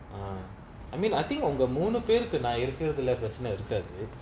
ah I mean I think ஒங்க மூணு பேருக்கு நா இருக்குரதுல பெரச்சன இருக்காது:onga moonu peruku na irukurathula perachana irukaathu